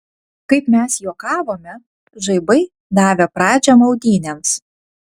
kaip mes juokavome žaibai davė pradžią maudynėms